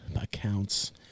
accounts